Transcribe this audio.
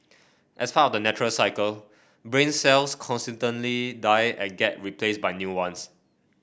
as part of the natural cycle brain cells constantly die at get replaced by new ones